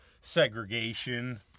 segregation